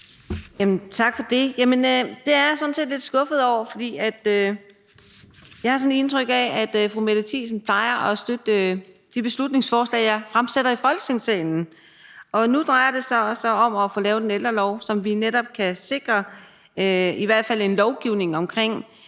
Tak for det. Jamen det er jeg sådan set lidt skuffet over, for jeg havde indtryk af, at fru Mette Thiesen plejer at støtte de beslutningsforslag, jeg fremsætter i Folketingssalen. Og nu drejer det sig altså om at få lavet en ældrelov, så vi netop kan sikre i hvert fald en lovgivning omkring